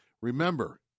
Remember